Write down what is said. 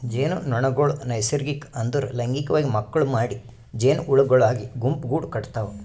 ಜೇನುನೊಣಗೊಳ್ ನೈಸರ್ಗಿಕ ಅಂದುರ್ ಲೈಂಗಿಕವಾಗಿ ಮಕ್ಕುಳ್ ಮಾಡಿ ಜೇನುಹುಳಗೊಳಾಗಿ ಗುಂಪುಗೂಡ್ ಕಟತಾವ್